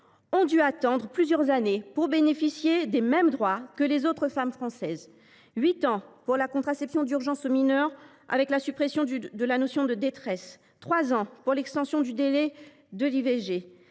ont dû attendre plusieurs années pour bénéficier des mêmes droits que les autres femmes françaises : huit ans pour la prescription d’une contraception d’urgence aux mineures avec la suppression de la notion de détresse ; trois ans pour l’extension du délai de